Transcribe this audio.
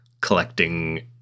collecting